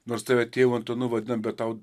nors tave tėvu antanu vadina bet tau